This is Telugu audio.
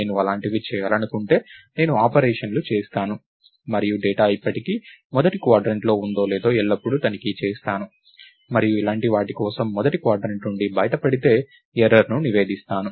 నేను అలాంటివి చేయాలనుకుంటే నేను ఆపరేషన్లు చేస్తాను మరియు డేటా ఇప్పటికీ మొదటి క్వాడ్రంట్లో ఉందో లేదో ఎల్లప్పుడూ తనిఖీ చేస్తాను మరియు ఇలాంటి వాటి కోసం మొదటి క్వాడ్రంట్ నుండి బయటపడితే ఎర్రర్ను నివేదిస్తాను